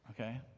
okay